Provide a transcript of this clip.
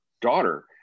daughter